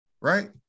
right